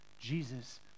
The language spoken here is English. Jesus